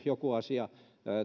joku asia